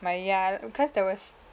my ya cause there was